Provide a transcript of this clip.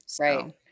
right